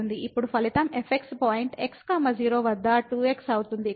ఇప్పుడు ఫలితం fx point x 0 వద్ద 2 x అవుతుంది